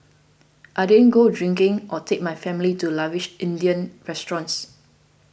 I didn't go drinking or take my family to lavish Indian restaurants